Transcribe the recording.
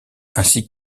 ainsi